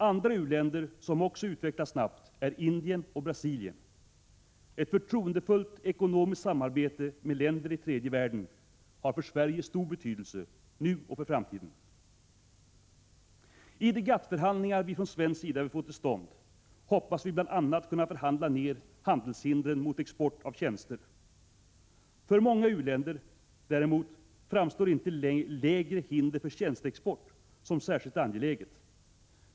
Andra u-länder som också utvecklas snabbt är Indien och Brasilien. Ett förtroendefullt ekonomiskt samarbete med länder i tredje världen har för Sverige stor betydelse — nu och för framtiden. I de GATT-förhandlingar vi från svensk sida vill få till stånd hoppas vi bl.a. kunna förhandla ner handelshindren mot export av tjänster. För många u-länder, däremot, framstår inte längre hinder för tjänsteexport som särskilt angeläget.